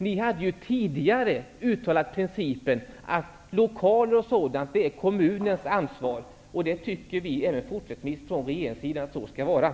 Ni hade ju tidigare uttalat principen att lokalerna är kommunens ansvar. Vi från regeringssidan tycker även fortsättningsvis att så skall det vara.